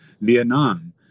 Vietnam